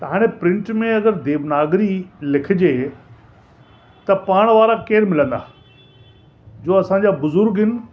हाणे प्रिंट में अगरि देवनागरी लिखिजे त पढ़ण वारा केरु मिलंदा जो असांजा बुज़ुर्ग आहिनि